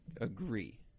Agree